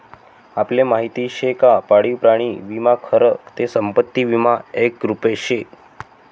आपले माहिती शे का पाळीव प्राणी विमा खरं ते संपत्ती विमानं एक रुप शे